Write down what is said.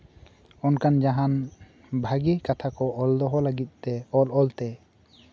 ᱚᱱᱠᱟᱱ ᱡᱟᱦᱟᱱ ᱵᱷᱟᱹᱜᱤ ᱠᱷᱟᱛᱟ ᱠᱚ ᱚᱞ ᱫᱚᱦᱚ ᱞᱟᱹᱜᱤᱫ ᱛᱮ ᱚᱞᱼᱚᱞ ᱛᱮ